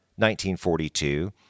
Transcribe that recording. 1942